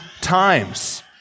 times